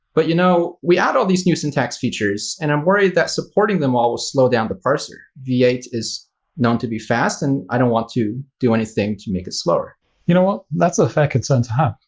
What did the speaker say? but you know, we add all these new syntax features, and i'm worried that supporting them all will slow down the parser. v eight is known to be fast, and i don't want to do anything to make it slower. leszek swirski you know what, that's ah fair concern to have.